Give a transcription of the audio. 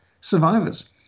survivors